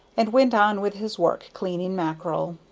and went on with his work, cleaning mackerel.